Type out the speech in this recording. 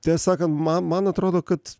tiesą sakant man man atrodo kad